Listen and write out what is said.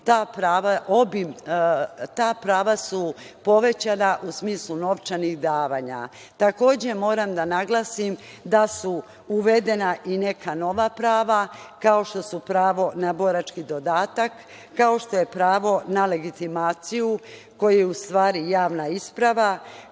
ta prava su povećana u smislu novčanih davanja. Takođe, moram da naglasim da su uvedena i neka nova prava, kao što su pravo na borački dodatak, kao što je pravo na legitimaciju, koja je u stvari javna isprava,